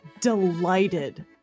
delighted